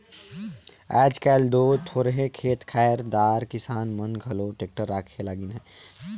आएज काएल दो थोरहे खेत खाएर दार किसान मन घलो टेक्टर राखे लगिन अहे